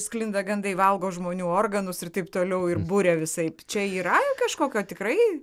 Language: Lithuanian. sklinda gandai valgo žmonių organus ir taip toliau ir buria visaip čia yra kažkokio tikrai